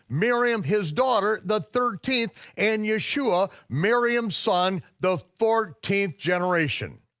miriam his daughter the thirteenth, and yeshua, miriam's son, the fourteenth generation.